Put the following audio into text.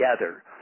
together